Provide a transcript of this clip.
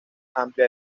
amplia